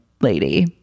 lady